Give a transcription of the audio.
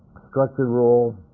structured rule